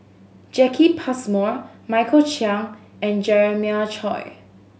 Jacki Passmore Michael Chiang and Jeremiah Choy